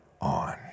on